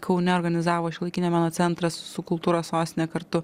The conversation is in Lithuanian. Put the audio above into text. kaune organizavo šiuolaikinio meno centras su kultūros sostine kartu